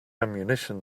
ammunition